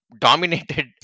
dominated